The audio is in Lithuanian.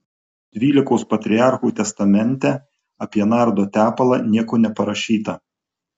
dvylikos patriarchų testamente apie nardo tepalą nieko neparašyta